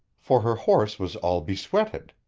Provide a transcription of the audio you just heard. for her horse was all besweated.